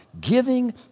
giving